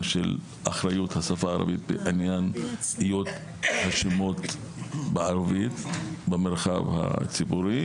של אחריות השפה הערבית בעניין האיות השמות בערבית במרחב הציבורי.